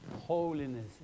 holiness